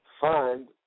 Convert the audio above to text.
find